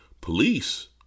Police